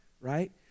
right